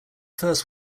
first